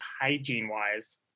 hygiene-wise